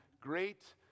great